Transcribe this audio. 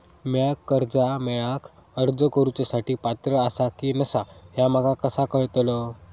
म्या कर्जा मेळाक अर्ज करुच्या साठी पात्र आसा की नसा ह्या माका कसा कळतल?